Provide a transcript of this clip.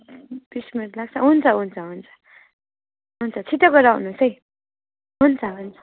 बिस मिनेट लाग्छ हुन्छ हुन्छ हुन्छ हुन्छ छिट्टो गरेर आउनुहोस् है हुन्छ हुन्छ